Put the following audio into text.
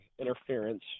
interference